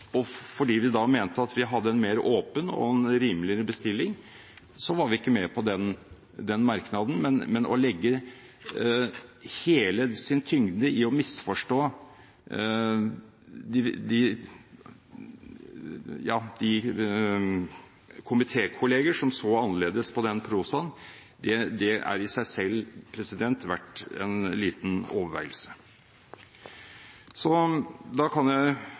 og fordi vi mente at vi hadde en mer åpen og rimeligere bestilling, så var vi ikke med på den merknaden. Men å legge hele sin tyngde i å misforstå de komitékolleger som så annerledes på den prosaen, er i seg selv verdt en liten overveielse. Da kan jeg